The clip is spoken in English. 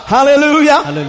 Hallelujah